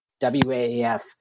WAF